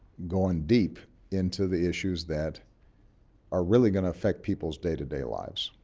going deep into the issues that are really gonna affect people's day-to-day lives,